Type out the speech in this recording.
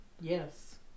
yes